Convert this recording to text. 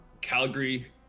Calgary